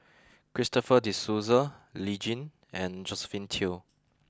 Christopher De Souza Lee Tjin and Josephine Teo